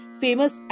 famous